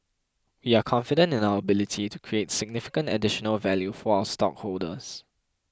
we are confident in our ability to create significant additional value for our stockholders